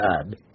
add